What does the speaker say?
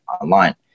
online